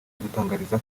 adutangariza